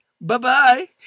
bye-bye